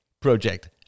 project